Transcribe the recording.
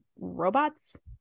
robots